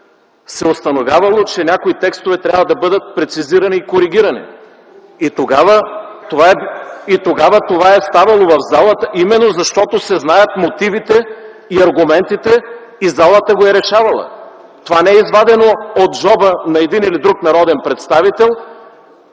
е установявало, че някои текстове трябва да бъдат прецизирани и коригирани. И тогава това е ставало в залата именно защото се знаят мотивите и аргументите и залата го е решавала. Това не е извадено от джоба на един или друг народен представител,